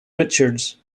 richards